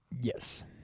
Yes